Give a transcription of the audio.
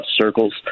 Circles